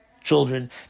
children